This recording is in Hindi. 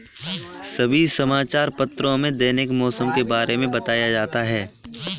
सभी समाचार पत्रों में दैनिक मौसम के बारे में बताया जाता है